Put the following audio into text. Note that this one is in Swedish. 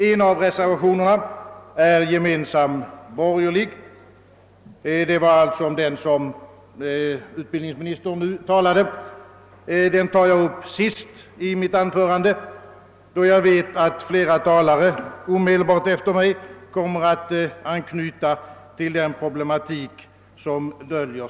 En av reservationerna är gemensamt borgerlig. Det var alltså om den som utbildningsministern nyss talade. Den tar jag upp sist i mitt anförande, då jag vet att flera talare omedelbart efter mig kommer att anknyta till den problematik den berör.